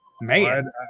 Man